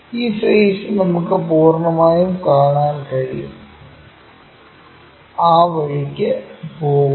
ഈ ഫെയ്സ് നമുക്ക് പൂർണ്ണമായും കാണാൻ കഴിയും ആ വഴിക്ക് പോകുന്നു